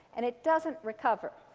and it doesn't recover.